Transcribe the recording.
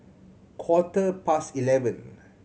quarter past eleven